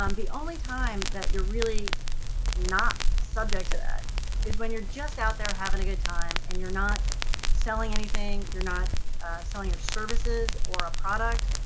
um the only time that you're really not subject to that is when you're just out there having a good time, and you're not selling anything, you're not selling your services or a product,